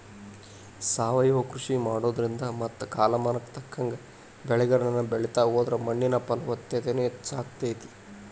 ಸಾವಯವ ಕೃಷಿ ಮಾಡೋದ್ರಿಂದ ಮತ್ತ ಕಾಲಮಾನಕ್ಕ ತಕ್ಕಂಗ ಬೆಳಿಗಳನ್ನ ಬೆಳಿತಾ ಹೋದ್ರ ಮಣ್ಣಿನ ಫಲವತ್ತತೆನು ಹೆಚ್ಚಾಗ್ತೇತಿ